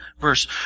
verse